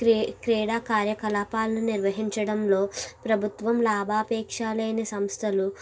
క్రీ క్రీడా కార్యకలాపాలు నిర్వహించడంలో ప్రభుత్వం లాభాపేక్షా లేని సంస్థలు